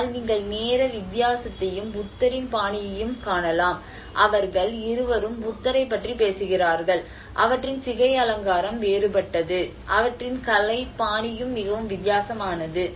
ஆனால் நீங்கள் நேர வித்தியாசத்தையும் புத்தரின் பாணியையும் காணலாம் அவர்கள் இருவரும் புத்தரைப் பற்றி பேசுகிறார்கள் அவற்றின் சிகை அலங்காரம் வேறுபட்டது அவற்றின் கலை பாணியும் மிகவும் வித்தியாசமானது